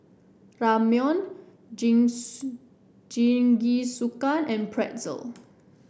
Ramyeon Jinsu Jingisukan and Pretzel